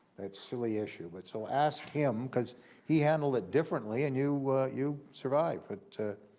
that silly issue. but so, ask him because he handled it differently and you you survived, but